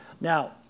Now